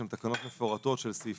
שהן תקנות מפורטות של סעיפים,